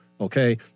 okay